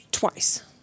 Twice